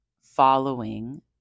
following